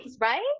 right